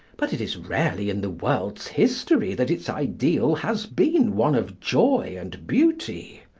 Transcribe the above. but it is rarely in the world's history that its ideal has been one of joy and beauty.